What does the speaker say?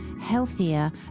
healthier